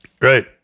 Right